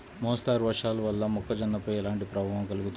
మోస్తరు వర్షాలు వల్ల మొక్కజొన్నపై ఎలాంటి ప్రభావం కలుగుతుంది?